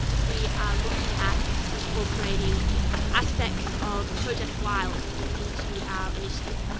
we are looking at incorporating aspects of project wilds into our initiative.